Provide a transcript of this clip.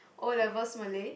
O-levels Malay